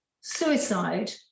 suicide